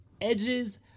Edge's